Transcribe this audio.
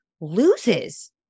loses